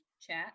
chat